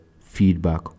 feedback